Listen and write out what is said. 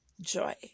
joy